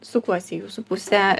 sukuos į jūsų pusę